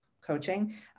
coaching